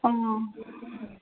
অঁ